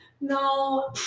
No